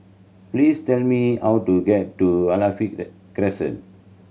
please tell me how to get to Alkaff Crescent